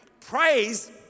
Praise